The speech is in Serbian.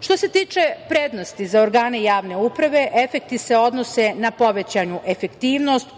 se tiče prednosti za organe javne uprave, efekti se odnose na povećanu efektivnost,